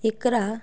इकरा